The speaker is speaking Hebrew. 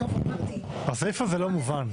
הסעיף הזה לא מובן.